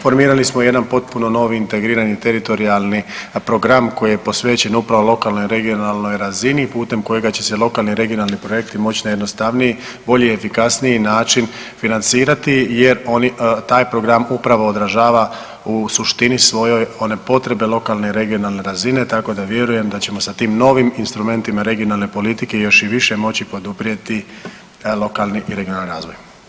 Formirali smo jedan potpuno novi integrirani teritorijalni program koji je posvećen upravo lokalnoj, regionalnoj razini putem kojega će se lokalni regionalni projekti moći na jednostavniji, bolji, efikasniji način financirati jer taj program upravo odražava u suštini svojoj one potrebe lokalne, regionalne razine tako da vjerujem da ćemo sa tim novim instrumentima regionalne politike još i više moći poduprijeti lokalni i regionalni razvoj.